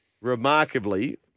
remarkably